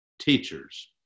teachers